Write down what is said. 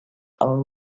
are